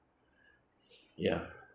ya